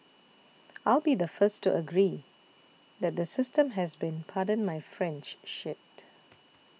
I'll be the first to agree that the system has been pardon my French shit